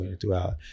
throughout